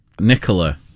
Nicola